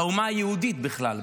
באומה היהודית בכלל,